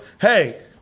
hey